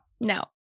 no